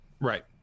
Right